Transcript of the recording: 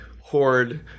Horde